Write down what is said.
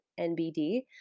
NBD